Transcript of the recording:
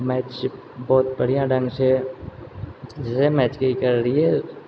match बहुत बढ़िआँ ढङ्गसँ जे छै मैचके ई केने रहियै